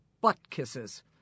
butt-kisses